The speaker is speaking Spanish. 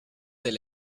del